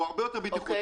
הוא הרבה יותר בטיחותי.